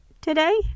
today